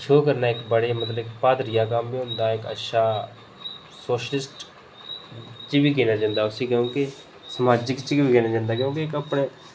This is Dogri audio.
शो करना मतलब इक्क ब्हादरी दा कम्म होंदा ते इक्क अच्छा सोशलिस्ट तच बी गिनेआ जंदा उसी समाजिक च बी गिनेआ जंदा की के अपने